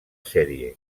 sèrie